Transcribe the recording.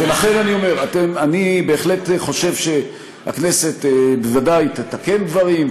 ולכן אני אומר שאני בהחלט חושב שהכנסת בוודאי תתקן דברים,